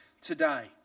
today